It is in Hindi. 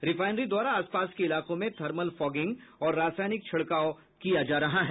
रिफाईनरी द्वारा आसपास के इलाकों में थर्मल फागिंग और रासायनिक छिड़काव किया जा रहा है